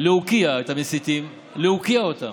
להוקיע את המסיתים, להוקיע אותם,